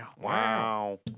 wow